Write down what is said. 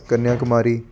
Kanya Kumari